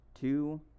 two